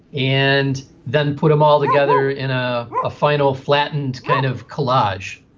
and then put them all together in a ah final flattened kind of collage.